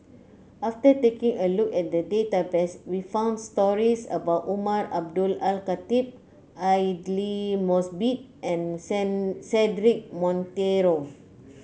after taking a look at the database we found stories about Umar Abdullah Al Khatib Aidli Mosbit and Cedric Monteiro